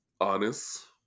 honest